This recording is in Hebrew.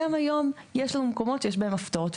גם היום יש לנו מקומות שבהם יש הפתעות.